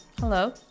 Hello